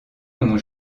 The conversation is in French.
ont